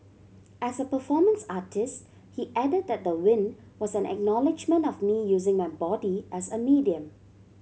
as a performance artist he add that the win was an acknowledgement of me using my body as a medium